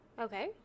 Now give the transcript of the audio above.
Okay